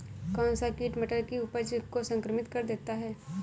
कौन सा कीट मटर की उपज को संक्रमित कर देता है?